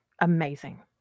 Amazing